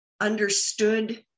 understood